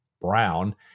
brown